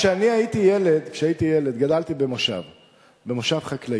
כשאני הייתי ילד גדלתי במושב חקלאי.